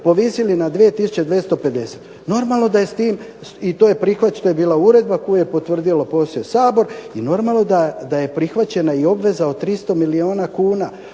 povisili na 2 tisuće 250. normalno da je s tim to je bila uredba koju je potvrdio poslije Sabor i normalno da je prihvaćena i obveza od 300 milijuna kuna.